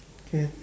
can